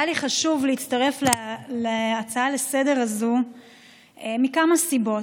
היה לי חשוב להצטרף להצעה לסדר-היום הזאת מכמה סיבות.